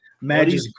magic